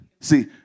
See